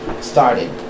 started